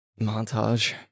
Montage